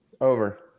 Over